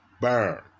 burn